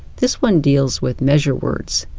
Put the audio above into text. this one deals with measure words,